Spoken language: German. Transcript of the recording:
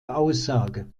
aussage